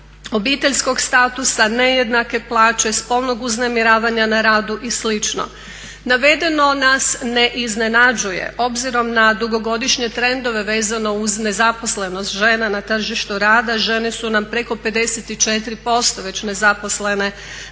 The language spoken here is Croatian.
obiteljskog statusa, nejednake plaće, spolnog uznemiravanja na radu i slično. Navedeno nas ne iznenađuje obzirom na dugogodišnje trendove vezano uz nezaposlenost žena na tržištu rada, žene su nam preko 54% već nezaposlene na